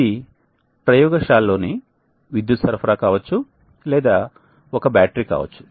ఇది ప్రయోగశాల లోని విద్యుత్ సరఫరా కావచ్చు లేదా ఒక బ్యాటరీ కావచ్చు